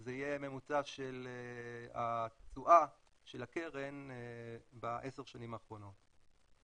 זה יהיה ממוצע של התשואה של הקרן בעשר השנים האחרונות.